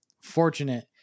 fortunate